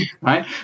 right